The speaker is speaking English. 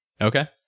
Okay